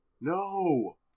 No